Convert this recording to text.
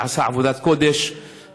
שעשה עבודת קודש,